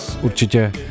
určitě